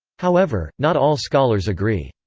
however, not all scholars agree.